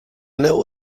know